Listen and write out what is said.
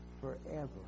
forever